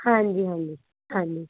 ਹਾਂਜੀ ਹਾਂਜੀ ਹਾਂਜੀ